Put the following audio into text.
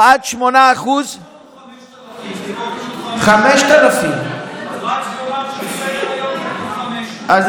או עד 8% כי פה כתוב, 5,000. כתוב 500. זה